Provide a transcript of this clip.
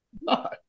No